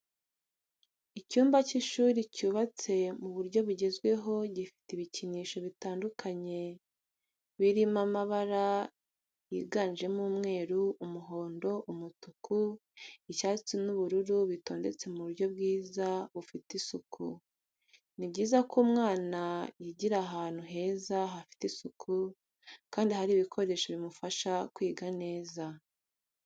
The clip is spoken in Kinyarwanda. Icyumba cy'ishuri cyubatse mu buryo bugezweho gifite ibikinisho bitandukanye biri mabara yiganjemo umweru, umuhondo, umutuku, icyatsi n'ubururu bitondetse mu buryo bwiza bufite isuku. Ni byiza ko umwana yigira ahantu heza hafite isuku kandi hari ibikoresho bimufasha kwiga neza.